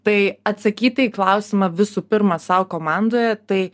tai atsakyti į klausimą visų pirma sau komandoje tai